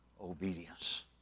obedience